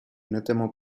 notamment